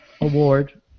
award